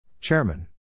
Chairman